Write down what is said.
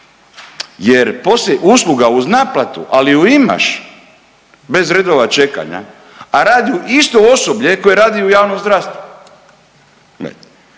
jer postoji usluga uz naplatu ali ju imaš bez redova čekanja, a radi ju isto osoblje koje radi i u javnom zdravstvu.